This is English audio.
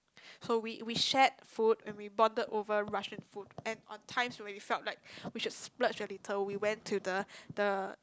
so we we shared food and we bonded over Russian food and on time where we felt like we should splurge a little we went to the the